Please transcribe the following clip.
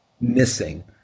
missing